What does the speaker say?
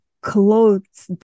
clothes